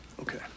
Okay